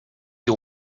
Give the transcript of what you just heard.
you